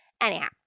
anyhow